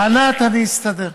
ענת, אני אסתדר.